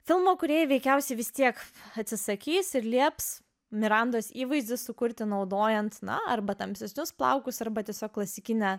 filmo kūrėjai veikiausiai vis tiek atsisakys ir lieps mirandos įvaizdį sukurti naudojant na arba tamsesnius plaukus arba tiesiog klasikinę